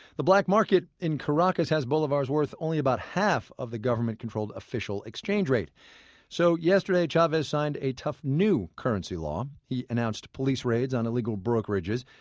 the black market in caracas has bolivars worth only about half of the government-controlled official exchange rate so yesterday, chavez signed a tough new currency law. he announced police raids on illegal brokerages.